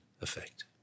effect